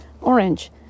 Orange